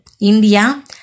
India